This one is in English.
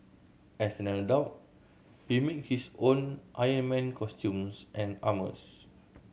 as an adult he make his own Iron Man costumes and armours